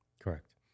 correct